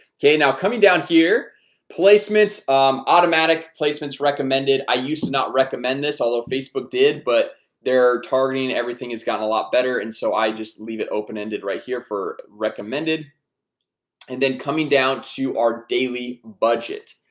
okay now coming down here placements automatic placements recommended i used to not recommend this although facebook did but they're targeting everything has gotten a lot better and so i just leave it open-ended right here for recommended and then coming down to our daily budget,